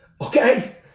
Okay